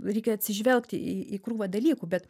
reikia atsižvelgt į į krūvą dalykų bet